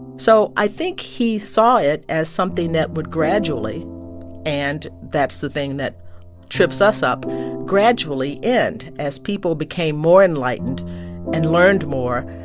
so i think he saw it as something that would gradually and that's the thing that trips us up gradually end as people became more enlightened and learned more,